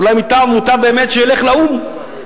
אולי מוטב באמת שילך לאו"ם,